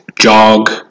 jog